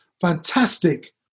fantastic